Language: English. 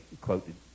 quoted